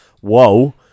Whoa